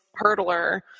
hurdler